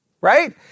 Right